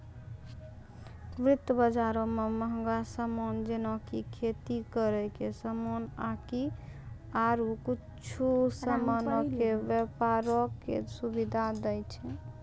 वित्त बजारो मे मंहगो समान जेना कि खेती करै के समान आकि आरु कुछु समानो के व्यपारो के सुविधा दै छै